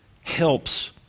helps